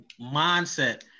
mindset